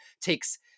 takes